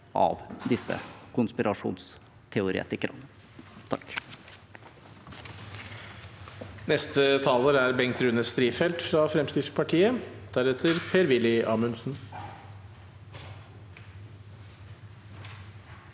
av disse konspirasjonsteoretikerne. Bengt